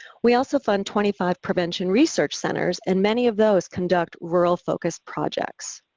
we also fund twenty five prevention research centers and many of those conduct rural-focused projects.